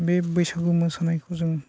बे बैसागो मोसानायखौ जों